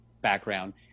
background